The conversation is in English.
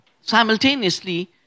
simultaneously